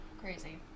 Crazy